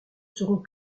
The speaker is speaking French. serons